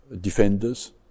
defenders